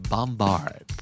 Bombard